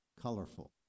colorful